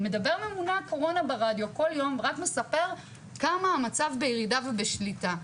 כל יום שומעים כמה המצב בירידה ובשליטה.